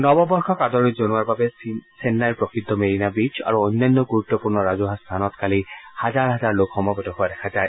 নৱবৰ্ষক আদৰণি জনোৱাৰ বাবে চেন্নাইৰ প্ৰসিদ্ধ মেৰিনা বীচ আৰু অন্যান্য গুৰুত্পূৰ্ণ ৰাজহুৱা স্থানত কালি হাজাৰ হাজাৰ লোক সমবেত হোৱা দেখা যায়